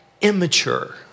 immature